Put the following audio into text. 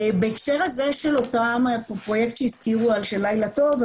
בהקשר הזה של עמותת לילה טוב,